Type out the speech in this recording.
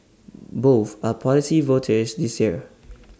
both are policy voters this year